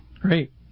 Great